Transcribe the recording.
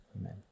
amen